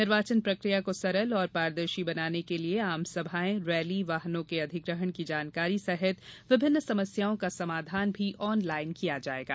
निर्वाचन प्रक्रिया को सरल एवं पारदर्शी बनाने के लिये आम सभायें रैली वाहनों के अधिग्रहण की जानकारी सहित विभिन्न समस्याओं का समाधान भी ऑनलाइन किया जायेगा